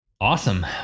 Awesome